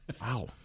Wow